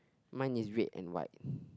mine is red and white